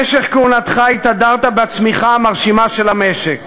במשך כהונתך התהדרת בצמיחה המרשימה של המשק.